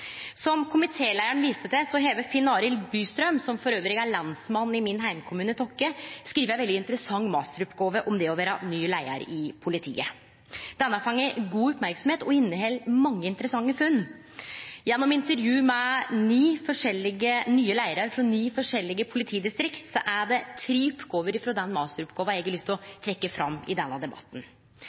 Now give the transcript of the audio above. Som komitéleiaren viste til, har Finn-Arild Bystrøm, som dessutan er lensmann i heimkommunen min, Tokke, skrive ei veldig interessant masteroppgåve om det å vere ny leiar i politiet. Denne har fått god merksemd og inneheld mange interessante funn. Gjennom intervju med ni forskjellige nye leiarar frå ni forskjellige politidistrikt er det tre oppgåver frå denne masteroppgåva eg har lyst til å trekkje fram i denne debatten.